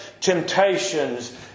temptations